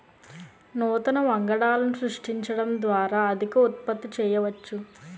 నూతన వంగడాలను సృష్టించడం ద్వారా అధిక ఉత్పత్తి చేయవచ్చు